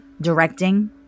directing